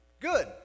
Good